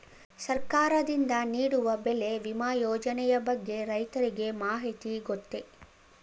ಸರ್ಕಾರದಿಂದ ನೀಡುವ ಬೆಳೆ ವಿಮಾ ಯೋಜನೆಯ ಬಗ್ಗೆ ರೈತರಿಗೆ ಮಾಹಿತಿ ಗೊತ್ತೇ?